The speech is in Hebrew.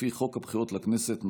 לפי חוק הבחירות לכנסת ,